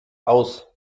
aus